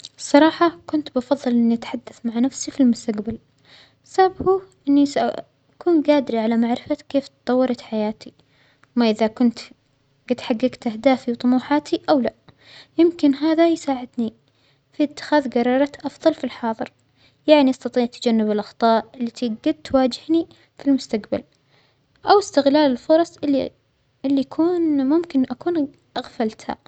الصراحة كنت بفظل إنى أتحدث مع نفسى في المستقبل ، السبب هو أنى أكون قادرة على معرفة كيف أتطورت حياتى ما إذا كنت ف-جيت حججت أهدافي وطموحاتى أو لأ، يمكن هذا يساعدنى في إتخاذ جرارات أفظل في الحاضر، يعنى أستطيع تجنب الأخطاء التى جت تواجهنى الف المستجبل، أو إستغلال الفرص اللى أ-اللى كون ممكن كون أغفلتها.